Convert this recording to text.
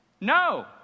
no